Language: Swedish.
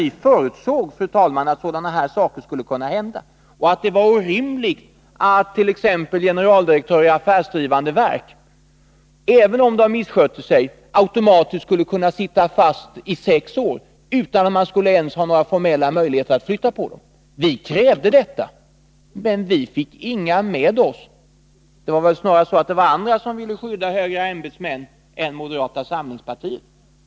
Vi förutsåg nämligen att sådana här saker skulle hända, och att det var orimligt att t.ex. generaldirektörer i affärsdrivande verk även om de misskötte sig automatiskt skulle kunna sitta i sex år, utan att man skulle ha ens formella möjligheter att flytta på dem. Vi krävde att man skulle utreda frågan om oavsättlighet, men vi fick inga med oss. Det var snarast andra än moderata samlingspartiets ledamöter som ville skydda höga ämbetsmän.